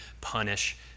punish